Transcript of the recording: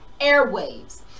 airwaves